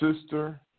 sister